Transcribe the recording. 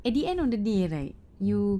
at the end of the day right you